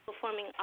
Performing